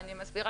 השאלה